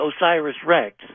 OSIRIS-REx